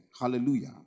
hallelujah